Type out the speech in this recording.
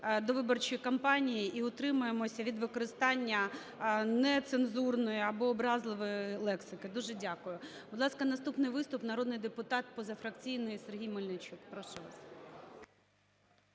виборчої кампанії і утримаємося від використання нецензурної або образливої лексики. Дуже дякую. Будь ласка, наступний виступ. Народний депутат позафракційний Сергій Мельничук. Прошу вас.